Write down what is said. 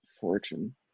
Fortune